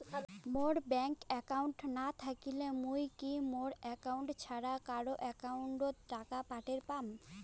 মোর bank account না থাকিলে মুই কি মোর একাউন্ট ছাড়া কারো একাউন্ট অত টাকা পাঠের পাম?